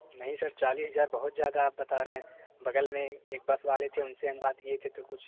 नहीं सर चालीस हज़ार बहुत ज़्यादा आप बता रहें बगल में एक बस वाले थे तो उनसे हम बात किए थे तो कुछ